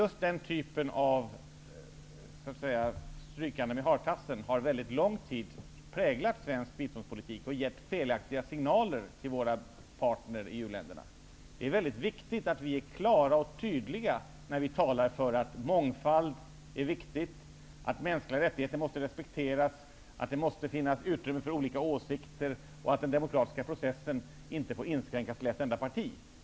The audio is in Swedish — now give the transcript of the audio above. Just den typen av strykande med hartassen har under lång tid präglat svensk biståndspolitik och har gett felaktiga signaler till våra partners i uländerna. Det är viktigt att vi är klara och tydliga när vi talar för att mångfald är angeläget, att mänskliga rättigheter skall respekteras, att det måste finnas utrymme för olika åsikter och att den demokratiska processen inte får inskränkas till ett enda parti.